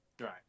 right